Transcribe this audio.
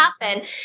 happen